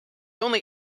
only